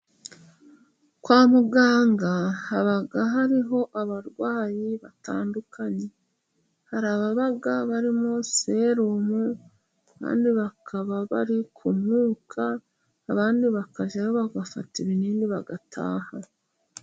Kwa muganga haba hariho abarwayi batandukanye, hari ababa barimo serumu kandi bakaba bari ku mwuka, abandi bakajyayo bagafata ibinini bagataha.